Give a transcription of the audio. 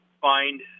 find